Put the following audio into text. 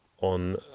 on